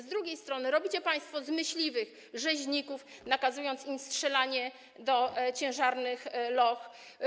Z drugiej strony robicie państwo z myśliwych rzeźników, nakazując im strzelanie do ciężarnych loch.